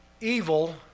evil